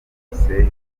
bwose